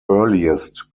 earliest